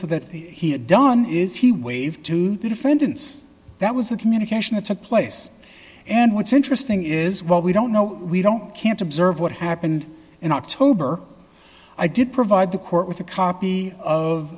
or that he had done is he waved to the defendants that was the communication that took place and what's interesting is what we don't know we don't can't observe what happened in october i did provide the court with a copy of